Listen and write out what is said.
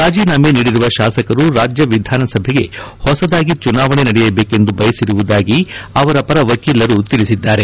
ರಾಜೀನಾಮೆ ನೀಡಿರುವ ಶಾಸಕರು ರಾಜ್ಯ ವಿಧಾನಸಭೆಗೆ ಹೊಸದಾಗಿ ಚುನಾವಣೆ ನಡೆಯಬೇಕೆಂದು ಬಯಸಿರುವುದಾಗಿ ಅವರ ಪರ ವಕೀಲರು ತಿಳಿಸಿದ್ದಾರೆ